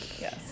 Yes